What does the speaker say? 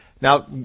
Now